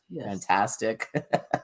fantastic